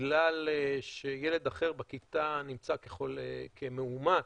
בגלל שילד אחר בכיתה נמצא כמאומת,